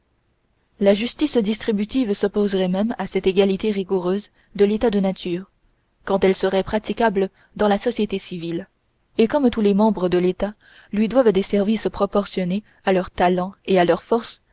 la justice distributive s'opposerait même à cette égalité rigoureuse de l'état de nature quand elle serait praticable dans la société civile et comme tous les membres de l'état lui doivent des services proportionnés à leurs talents et à leurs forces